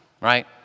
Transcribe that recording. Right